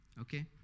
okay